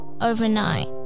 overnight